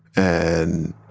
and,